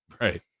Right